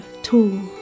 tall